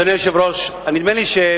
אדוני היושב-ראש, נדמה לי אולי